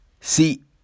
See